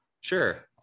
Sure